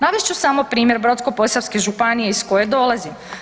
Navest ću samo primjer Brodsko-posavske županije iz koje dolazim.